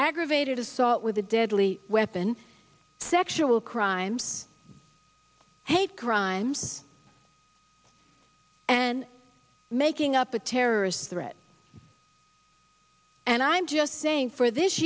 aggravated assault with a deadly weapon sexual crimes hate crimes and making up a terrorist threat and i'm just saying for this